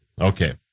Okay